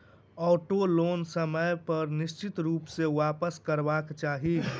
auto loan समय पर निश्चित रूप सॅ वापसकरबाक चाही